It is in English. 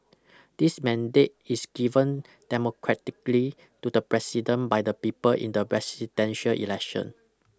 this mandate is given democratically to the president by the people in the presidential election